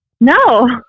No